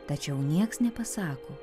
tačiau nieks nepasako